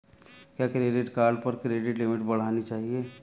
क्या credit card पर credit limit बढ़ानी चाहिए?